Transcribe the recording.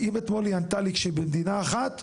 ואם אתמול היא ענתה לי ממדינה אחת,